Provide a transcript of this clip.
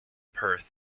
perth